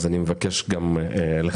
אז אני מבקש גם לחדד.